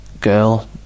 girl